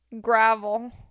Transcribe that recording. gravel